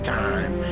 time